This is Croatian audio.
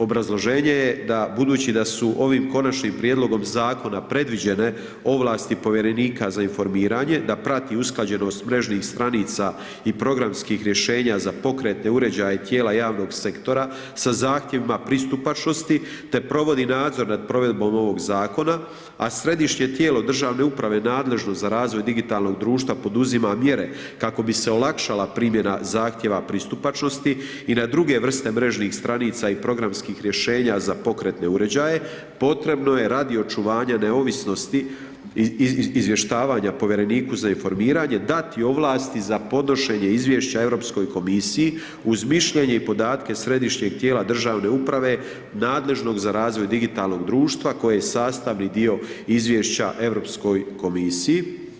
Obrazloženje je da budući da su ovim konačnim prijedlogom zakona predviđene ovlasti povjerenika za informirane da prati usklađenost mrežnih stranica i programskih rješenja za pokretne uređaje tijela javnog sektora, sa zahtjevima pristupačnosti, te provodi nadzor nad provedbom ovog zakona, a središnje tijelo državne uprave nadležno za razvoj digitalnog društva poduzima mjere kako bi se olakšala primjena zahtjeva pristupačnosti i na druge vrste mrežnih stranica i programskih rješenja za pokretne uređaje, potrebno je radi očuvanja neovisnosti izvještavanja povjereniku za informiranje dati ovlasti za podnošenje izvješća Europskoj komisiji, uz mišljenja i podatke središnjeg tijela državne uprave, nadležno za razvoj digitalnog društva koji je sastavni dio Europskoj komisiji.